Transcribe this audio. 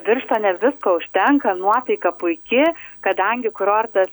birštone visko užtenka nuotaika puiki kadangi kurortas